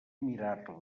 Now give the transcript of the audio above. mirar